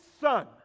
son